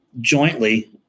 jointly